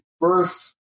birth